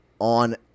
on